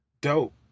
Dope